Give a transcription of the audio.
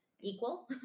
equal